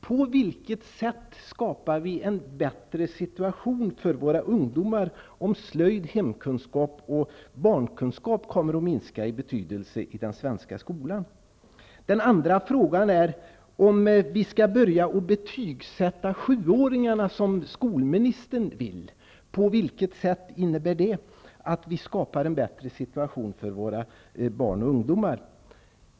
På vilket sätt skapar vi en bättre situation för våra ungdomar om slöjd, hemkunskap och barnkunskap kommer att minska i betydelse i den svenska skolan? Den andra frågan är: Om vi skall börja betygsätta sjuåringarna, som skolministern vill, på vilket sätt innebär det att vi skapar en bättre situation för våra barn och ungdomar?